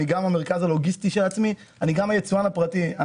אני גם המרכז הלוגיסטי של עצמי ואני גם היצואן הפרטי.